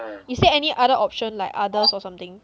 is there any other option like others or something